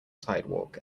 sidewalk